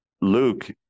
Luke